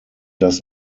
does